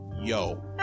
Yo